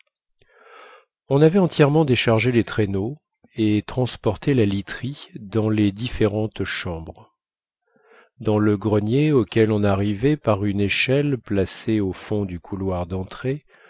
on avait entièrement déchargé les traîneaux et transporté la literie dans les différentes chambres dans le grenier auquel on arrivait par une échelle placée au fond du couloir d'entrée